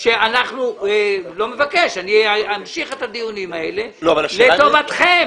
אני אמשיך את הדיונים האלה לטובתכם.